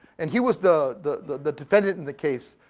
and he was the the the defendant in the case.